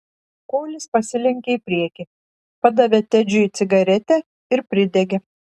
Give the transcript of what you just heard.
kolis pasilenkė į priekį padavė tedžiui cigaretę ir pridegė